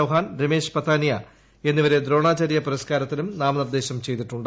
ചൌഹാൻ രമേശ് പത്താനിയ എന്നിവരെ ദ്രോണാച്ചിരു പുരസ്കാരത്തിനും നാമനിർദ്ദേശം ചെയ്തിട്ടുണ്ട്